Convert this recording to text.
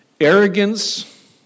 Arrogance